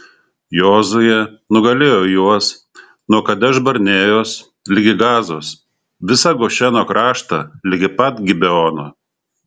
jozuė nugalėjo juos nuo kadeš barnėjos ligi gazos visą gošeno kraštą ligi pat gibeono